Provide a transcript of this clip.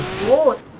war